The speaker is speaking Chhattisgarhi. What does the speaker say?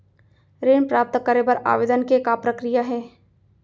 ऋण प्राप्त करे बर आवेदन के का प्रक्रिया हे?